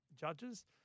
judges